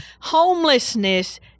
Homelessness